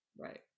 Right